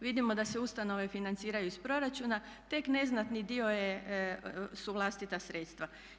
Vidimo da se ustanove financiraju iz proračuna, tek neznatni dio su vlastita sredstva.